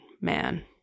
man